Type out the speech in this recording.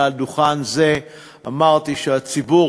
מעל דוכן זה אמרתי שהציבור